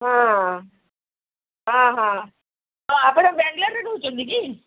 ହଁ ହଁ ହଁ ହଉ ଆପଣ ବାଙ୍ଗାଲୋରରେ ରହୁଛନ୍ତି କି